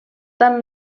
tant